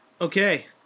Okay